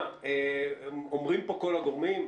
אומרים פה כל הגורמים,